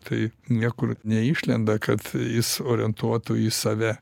tai niekur neišlenda kad jis orientuotų į save